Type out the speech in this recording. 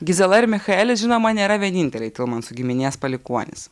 gizela ir michaelis žinoma nėra vieninteliai tilmansų giminės palikuonys